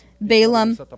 Balaam